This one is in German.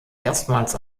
erstmals